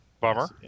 Bummer